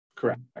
correct